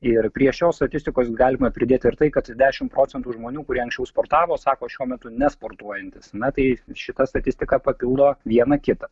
ir prie šios statistikos galima pridėti ir tai kad dešimt procentų žmonių kurie anksčiau sportavo sako šiuo metu nesportuojantys na tai šita statistika papildo viena kitą